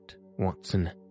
Watson